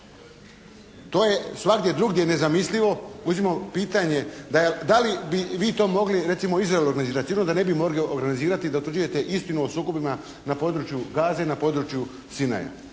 To je svagdje drugdje nezamislivo. Uzmimo pitanje da li bi vi to mogli recimo … /Govornik se ne razumije./ … organizirati? Sigurno da ne bi mogli organizirati da utvrđujete istinu o sukobim na području Gaze i na području Sinaja.